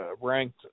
ranked